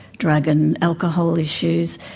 drug and alcohol issues.